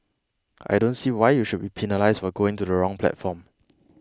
I don't see why you should be penalised for going to the wrong platform